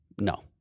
no